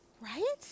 Right